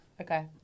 Okay